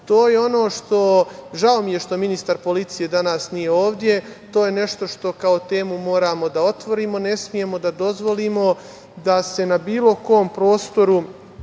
ekstremizmu. Žao mi je što ministar policije danas nije ovde. To je nešto što kao temu moramo da otvorimo. Ne smemo da dozvolimo da se na bilo kom prostoru